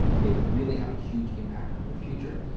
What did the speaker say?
they really have a huge impact on your future.